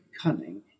cunning